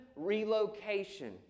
Relocation